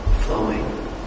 flowing